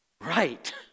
Right